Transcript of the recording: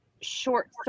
short